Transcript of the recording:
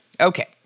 Okay